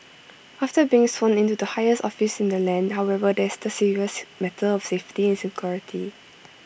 after being sworn in to the highest office in the land however there's the serious matter of safety and security